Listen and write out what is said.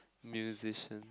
musician